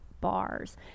bars